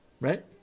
Right